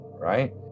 right